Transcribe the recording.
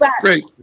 Great